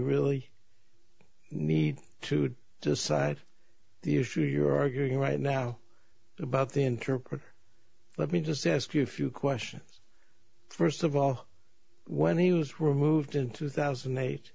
really need to decide the issue you are arguing right now about the interpreter let me just ask you a few questions first of all when he was removed in two thousand and eight